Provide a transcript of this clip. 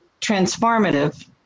transformative